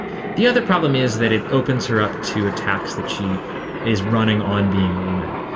the other problem is that it opens her up to attacks that she is running on being a woman.